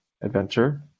adventure